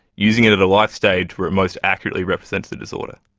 using it at a life stage where it most accurately represents the disorder.